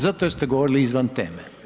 Zato jer ste govorili izvan teme.